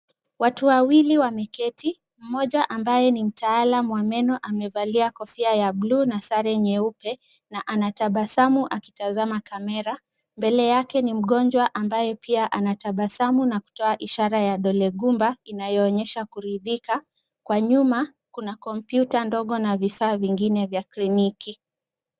Watu wawili wameketi, mmoja ambaye ni mtaalam wa meno amevalia kofia ya bluu na sare nyeupe na anatabasamu akitazama kamera. Mbele yake ni mgonjwa ambaye pia anatabasamu na kutoa ishara ya dole gumba inayoonyesha kuridhika. Kwa nyuma kuna komputa ndogo na vifaa vingine vya kliniki.